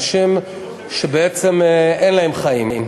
אנשים שבעצם אין להם חיים.